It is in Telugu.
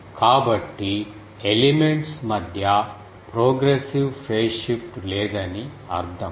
కాబట్టి ఎలిమెంట్స్ మధ్య ప్రోగ్రెసివ్ ఫేజ్ షిఫ్ట్ లేదని అర్థం